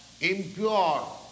impure